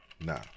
Nah